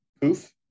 poof